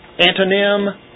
Antonym